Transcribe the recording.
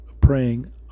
praying